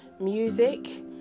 music